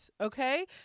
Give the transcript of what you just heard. okay